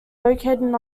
located